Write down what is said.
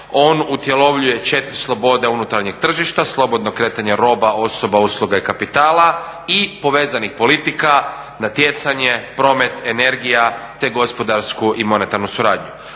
on utjelovljuje 4 slobode unutarnjeg tržišta, slobodnog kretanja roba, osoba, usluga i kapitala i povezanih politika, natjecanje, promet, energija te gospodarsku i monetarnu suradnju.